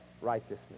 righteousness